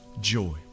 joy